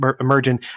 emerging